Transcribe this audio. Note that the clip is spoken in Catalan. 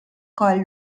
coll